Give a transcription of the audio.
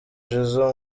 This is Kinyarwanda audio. jizzo